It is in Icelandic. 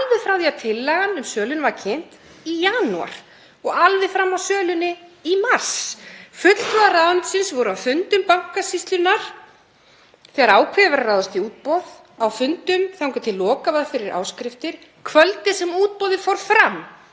alveg frá því að tillagan um söluna var kynnt í janúar og alveg fram að sölunni í mars. Fulltrúar ráðuneytisins voru á fundum Bankasýslunnar þegar ákveðið var að ráðast í útboð, á fundum þangað til lokað var fyrir áskriftir. Kvöldið sem útboðið fór fram